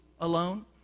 alone